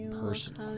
personal